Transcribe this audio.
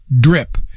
drip